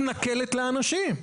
כאילו המדינה מתנכלת לאנשים.